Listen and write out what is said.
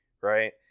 right